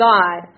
God